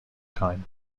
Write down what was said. time